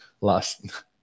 last